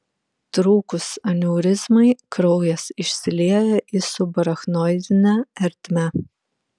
trūkus aneurizmai kraujas išsilieja į subarachnoidinę ertmę